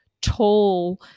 tall